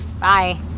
Bye